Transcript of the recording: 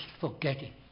forgetting